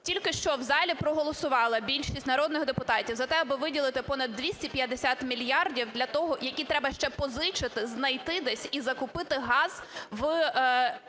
Тільки що в залі проголосувала більшість народних депутатів за те, аби виділити понад 250 мільярдів для того, які треба ще позичити, знайти десь і закупити газ на